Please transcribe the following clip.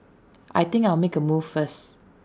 I think I'll make A move first